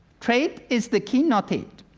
trade is the key, not aid.